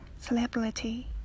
celebrity